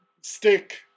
Stick